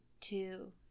two